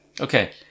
Okay